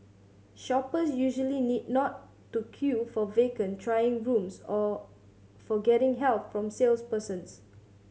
shoppers usually need not to queue for vacant trying rooms or for getting help from salespersons